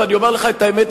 ואני אומר לך את האמת,